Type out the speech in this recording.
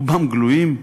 רובם גלויים,